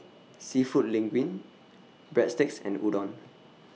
Seafood Linguine Breadsticks and Udon